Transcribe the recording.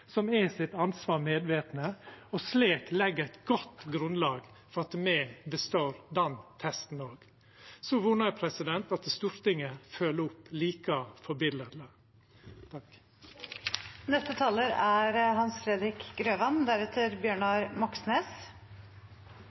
som er sitt ansvar medviten, og slik legg eit godt grunnlag for at me består den testen òg. Så vonar eg at Stortinget følgjer opp like